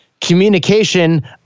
communication